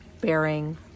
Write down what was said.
bearing